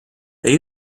they